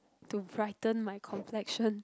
to brighten my complexion